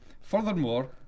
Furthermore